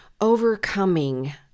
overcoming